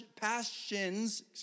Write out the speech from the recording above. passions